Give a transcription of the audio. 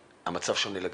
והמצב שונה לגמרי.